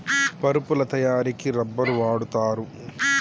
పరుపుల తయారికి రబ్బర్ వాడుతారు